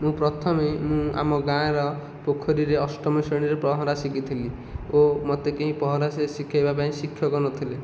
ମୁଁ ପ୍ରଥମେ ମୁଁ ଆମ ଗାଁର ପୋଖରୀରେ ଅଷ୍ଟମ ଶ୍ରେଣୀରେ ପହଁରା ଶିଖିଥିଲି ଓ ମୋତେ କେହି ପହଁରା ସିଖେଇବା ପାଇଁ ଶିକ୍ଷକ ନଥିଲେ